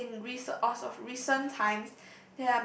as in recent as of recent times